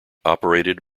operated